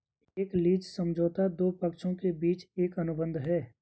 एक लीज समझौता दो पक्षों के बीच एक अनुबंध है